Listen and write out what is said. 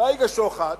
בייגה שוחט,